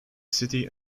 city